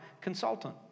consultant